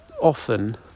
often